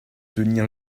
tenir